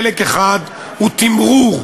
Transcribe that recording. חלק אחד הוא תמרור.